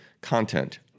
content